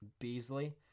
Beasley